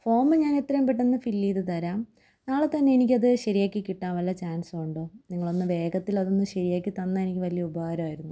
form ഞാൻ എത്രയും പെട്ടെന്ന് ഫില്ലേയ്ത് തരാം നാളെ തന്നെ എനിക്കത് ശരിയാക്കി കിട്ടാൻ വല്ല ചാൻസും ഉണ്ടോ നിങ്ങളൊന്ന് വേഗത്തിൽ അതൊന്ന് ശരിയാക്കിത്തന്നാൽ എനിക്ക് വലിയ ഉപകാരമായിരുന്നു